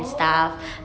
oh